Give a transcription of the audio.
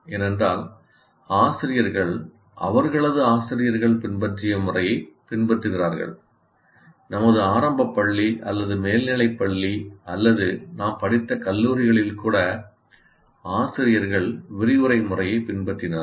ஏனென்றால் ஆசிரியர்கள் அவர்களது ஆசிரியர்கள் பின்பற்றிய முறையைப் பின்பற்றுகிறார்கள் நமது ஆரம்ப பள்ளி அல்லது மேல்நிலைப் பள்ளி அல்லது நாம் படித்த கல்லூரிகளில் கூட ஆசிரியர்கள் விரிவுரை முறையைப் பின்பற்றினார்கள்